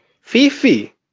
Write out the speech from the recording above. Fifi